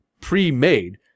pre-made